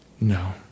No